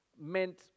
meant